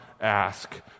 ask